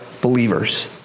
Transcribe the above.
believers